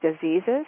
diseases